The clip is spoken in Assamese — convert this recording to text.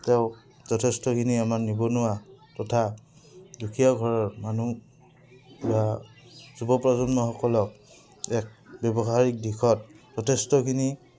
তেওঁক যথেষ্টখিনি আমাৰ নিবনুৱা তথা দুখীয়া ঘৰৰ মানুহ বা যুৱ প্ৰ্ৰজন্মসকলক এক ব্যৱসায়িক দিশত যথেষ্টখিনি